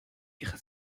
ihre